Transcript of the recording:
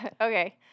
Okay